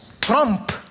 trump